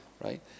right